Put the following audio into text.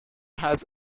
has